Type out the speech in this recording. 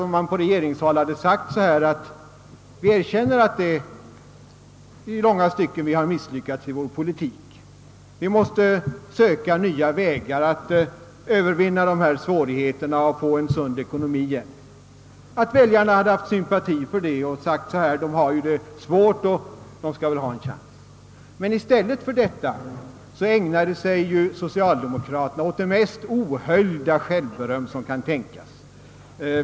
Om man på regeringshåll hade sagt, att man erkänner att man i långa stycken misslyckats i sin politik och måste söka nya vägar att övervinna dessa svårigheter och få en sund ekonomi igen, kan det tänkas att väljarna haft sympati för detta och tyckt att regeringen haft det svårt och borde få en chans. Men i stället ägnade sig socialdemokraterna åt det mest ohöljda självberöm som tänkas kan.